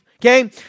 Okay